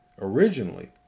originally